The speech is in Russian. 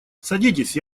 садитесь